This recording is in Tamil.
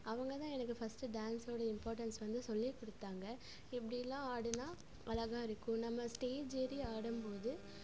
அவங்க தான் எனக்கு ஃபர்ஸ்ட்டு டான்ஸோடய இம்பார்ட்டன்ஸ் வந்து சொல்லிக் கொடுத்தாங்க இப்படிலாம் ஆடினா அழகாக இருக்கும் நம்ம ஸ்டேஜ் ஏறி ஆடும்போது